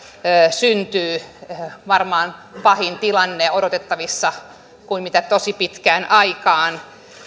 syntyvät varmaan on odotettavissa pahempi tilanne kuin mitä tosi pitkään aikaan